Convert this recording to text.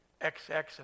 XX